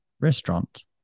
restaurant